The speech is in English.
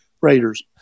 Raiders